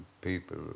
people